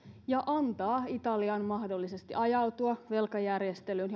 ja antaa italian mahdollisesti ajautua velkajärjestelyyn